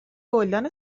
گلدان